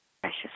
precious